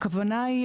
הכוונה היא,